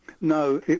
No